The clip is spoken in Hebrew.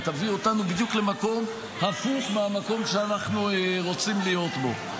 היא תביא אותנו בדיוק למקום הפוך מהמקום שאנחנו רוצים להיות בו.